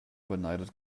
beneidet